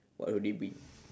what would it be